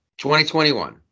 2021